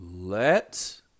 Let